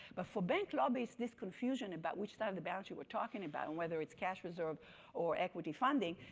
but for bank lobbies, this confusion about which side of the balance you were talking about, on whether it's cash reserved or equity funding.